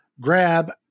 grab